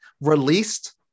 released